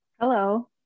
Hello